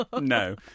No